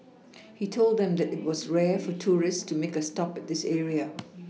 he told them that it was rare for tourists to make a stop at this area